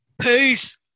Peace